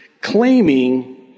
claiming